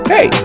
Hey